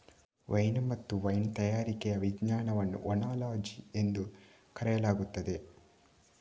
wine ಮತ್ತು wine ತಯಾರಿಕೆಯ ವಿಜ್ಞಾನವನ್ನು ಓನಾಲಜಿ ಎಂದು ಕರೆಯಲಾಗುತ್ತದೆ